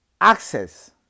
access